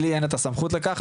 לי אין את הסמכות לכך,